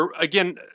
Again